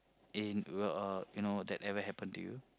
in uh uh you know that ever happened to you